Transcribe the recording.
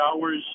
hours